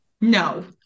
no